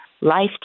life